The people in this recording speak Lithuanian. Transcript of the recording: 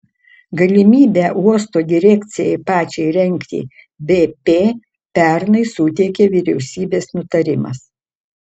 galimybę uosto direkcijai pačiai rengti bp pernai suteikė vyriausybės nutarimas